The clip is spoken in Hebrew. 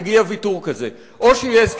רק אם יהיה "ויתור" כזה יהיה הסכם.